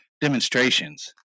demonstrations